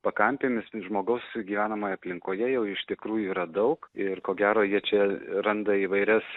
pakampėmis ir žmogaus gyvenamoje aplinkoje jau iš tikrųjų yra daug ir ko gero jie čia randa įvairias